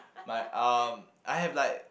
but um I have like